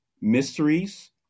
mysteries